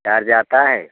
charge आता है